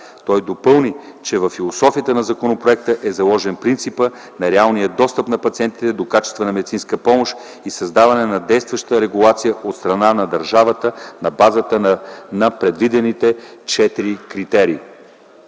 Той допълни, че във философията на законопроекта е заложен принципът на реалния достъп на пациентите до качествена медицинска помощ и създаване на действаща регулация от страна на държавата на базата на предвидените четири критерии.